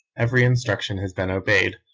every instruction has been obeyed,